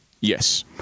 Yes